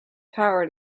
power